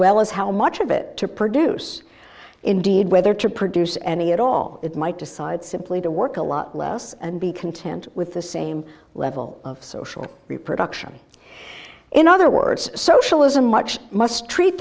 well as how much of it to produce indeed whether to produce any at all it might decide simply to work a lot less and be content with the same level of social reproduction in other words socialism much must treat